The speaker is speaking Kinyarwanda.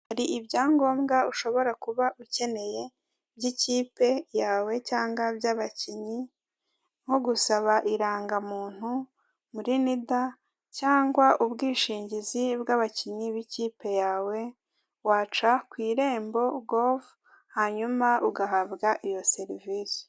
Hari ibyangombwa ushobora kuba ukeneye by'ikipe yawe cyangwa by'abakinnyi nko gusaba irangamuntu muri nida cyangwa ubwishingizi bw'abakinnyi b'ikipe yawe waca ku irembo govu hanyuma ugahabwa iyo serivisi.